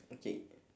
okay